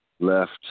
Left